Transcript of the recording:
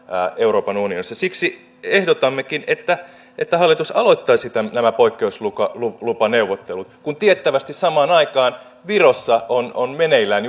euroopan unionissa siksi ehdotammekin että että hallitus aloittaisi nämä poikkeuslupaneuvottelut kun tiettävästi samaan aikaan virossa on on meneillään